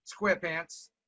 SquarePants